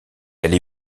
elle